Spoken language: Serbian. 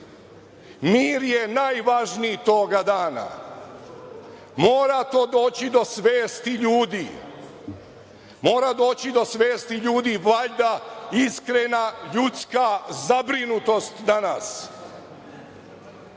Mir je najvažniji tog dana, mora to doći do svesti ljudi, mora doći do svesti ljudi, valjda iskrena ljudska zabrinutost danas.